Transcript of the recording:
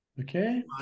Okay